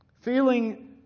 Feeling